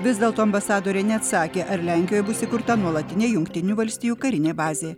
vis dėlto ambasadorė neatsakė ar lenkijoj bus įkurta nuolatinė jungtinių valstijų karinė bazė